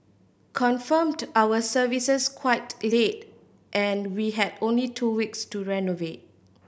confirmed our services quite late and we had only two weeks to renovate